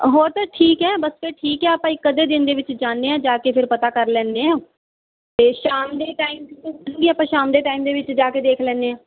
ਹੋਰ ਤਾਂ ਠੀਕ ਹੈ ਬਸ ਫਿਰ ਠੀਕ ਆ ਆਪਾਂ ਇੱਕ ਅੱਧੇ ਦਿਨ ਦੇ ਵਿੱਚ ਜਾਂਦੇ ਹਾਂ ਜਾ ਕੇ ਫਿਰ ਪਤਾ ਕਰ ਲੈਂਦੇ ਹਾਂ ਅਤੇ ਸ਼ਾਮ ਦੇ ਟਾਈਮ ਵੀ ਆਪਾਂ ਸ਼ਾਮ ਦੇ ਟਾਈਮ ਦੇ ਵਿੱਚ ਜਾ ਕੇ ਦੇਖ ਲੈਂਦੇ ਹਾਂ